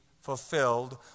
fulfilled